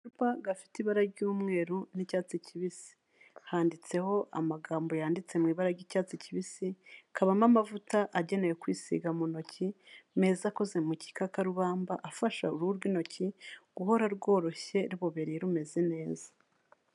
Agacupa gafite ibara ry'umweru n'icyatsi kibisi. Handitseho amagambo yanditse mu ibara ry'icyatsi kibisi, kabamo amavuta agenewe kwisiga mu ntoki, meza akoze mu gikakarubamba afasha uruhu rw'intoki guhora rworoshye, rubobereye rumeze neza.